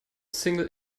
single